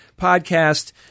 podcast